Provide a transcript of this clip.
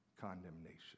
condemnation